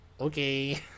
Okay